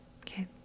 Okay